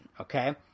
okay